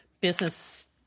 business